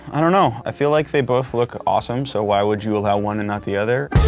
i don't know. i feel like they both look awesome, so why would you allow one and not the other?